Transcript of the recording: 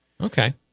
Okay